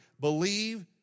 believe